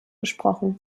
gesprochen